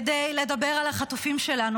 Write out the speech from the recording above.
כדי לדבר על החטופים שלנו.